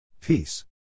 Peace